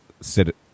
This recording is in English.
sit